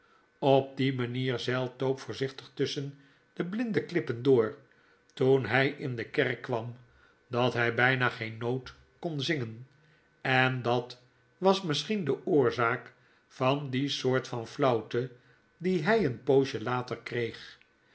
op die manier zeilt tope voorzichtig tusschen de blinde klippen door b toen ny in de kerk kwam dat hy byna geen noot kon zingen en dat was misschien de oorzaak van die soort van flauwte die hij een poosje later kreeg